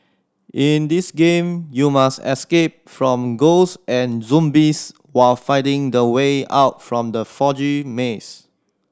in this game you must escape from ghosts and zombies while finding the way out from the foggy maze